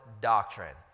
doctrine